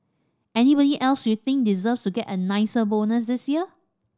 anybody else you think deserves to get a nicer bonus this year